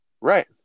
right